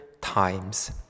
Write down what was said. Times